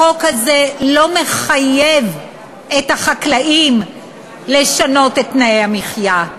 החוק הזה לא מחייב את החקלאים לשנות את תנאי המחיה,